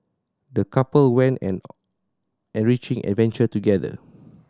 the couple went an enriching adventure together